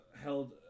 held